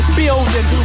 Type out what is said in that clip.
building